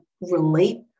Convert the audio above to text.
relate